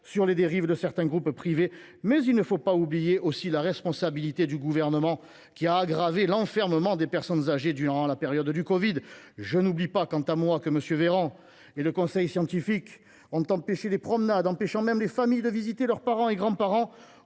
sur les dérives de certains groupes privés, mais il ne faut pas oublier la responsabilité du Gouvernement qui a aggravé l’enfermement des personnes âgées durant la période du covid 19. Je n’oublie pas que M. Véran et le conseil scientifique ont interdit les promenades, empêchant même les familles de rendre visite aux parents et grands parents